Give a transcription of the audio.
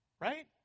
Right